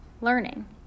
learning